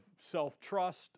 self-trust